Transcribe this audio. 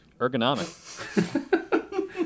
Ergonomic